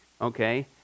Okay